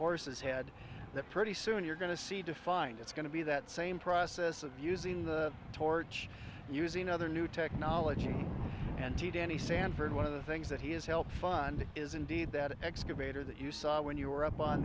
horse's head that pretty soon you're going to see to find it's going to be that same process of using the torch using other new technology and danny sanford one of the things that he has helped fund is indeed that excavator that you saw when you were up on